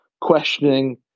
questioning